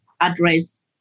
address